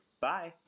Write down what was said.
bye